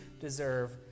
deserve